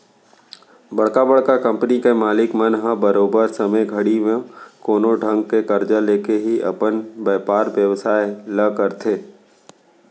बड़का बड़का कंपनी के मालिक मन ह बरोबर समे घड़ी म कोनो ढंग के करजा लेके ही अपन बयपार बेवसाय ल करथे